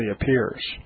appears